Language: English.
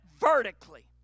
vertically